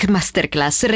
Masterclass